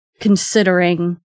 considering